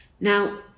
Now